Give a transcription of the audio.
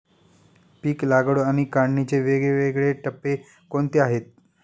पीक लागवड आणि काढणीचे वेगवेगळे टप्पे कोणते आहेत?